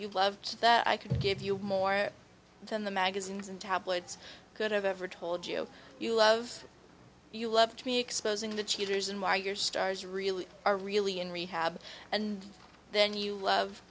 you loved that i could give you more than the magazines and tabloids could have ever told you you love you loved me exposing the cheaters and why your stars really are really in rehab and then you love